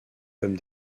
comme